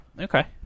Okay